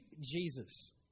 Jesus